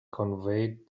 conveyed